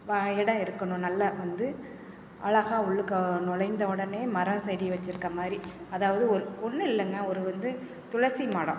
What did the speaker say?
வ எடம் இருக்கணும் நல்லா வந்து அழகாக உள்ளுக்க நுழைந்த உடனே மரம் செடி வச்சிருக்க மாதிரி அதாவது ஒரு ஒன்றும் இல்லைங்க ஒரு வந்து துளசி மாடம்